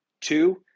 Two